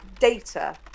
Data